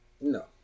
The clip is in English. No